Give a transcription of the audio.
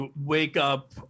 wake-up